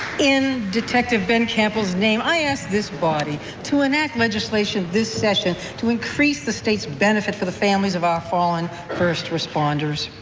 in detective ben campbell's name, i ask this body to enact legislation this session to increase the state's benefit for the families of our fallen first responders.